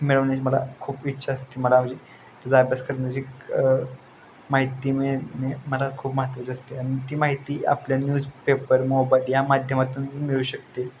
मिळवण्याची मला खूप इच्छा असते मला म्हणजे त्याचा अभ्यास करण्याची माहिती मिळणे मला खूप महत्त्वाची असते आणि ती माहिती आपल्या न्यूजपेपर मोबाईल या माध्यमातून मिळू शकते